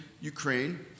Ukraine